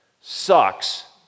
sucks